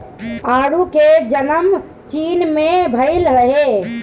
आडू के जनम चीन में भइल रहे